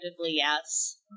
yes